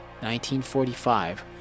1945